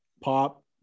pop